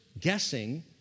guessing